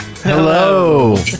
Hello